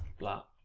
blah,